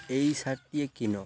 ଏଇ ସାର୍ଟଟିଏ କିଣ